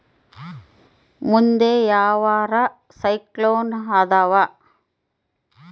ಮುಂದೆ ಯಾವರ ಸೈಕ್ಲೋನ್ ಅದಾವ?